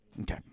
Okay